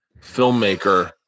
filmmaker